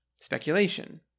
speculation